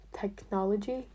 technology